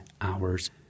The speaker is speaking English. hours